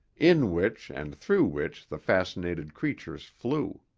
in which and through which the fascinated creatures flew.